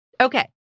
Okay